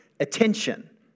attention